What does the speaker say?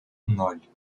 ноль